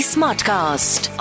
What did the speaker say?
Smartcast